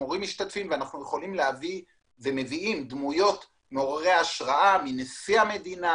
המורים משתתפים ואנחנו מביאים דמויות מעוררי השראה מנישא המדינה,